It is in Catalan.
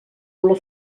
olor